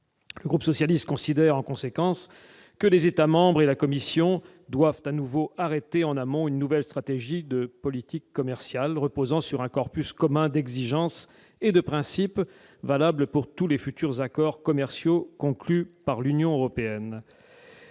Le groupe socialiste considère en conséquence que les États membres et la Commission doivent à nouveau arrêté en amont une nouvelle stratégie de politique commerciale reposant sur un corpus commun d'exigence et de principe valable pour tous les futurs accords commerciaux conclus par l'Union européenne.